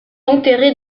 enterré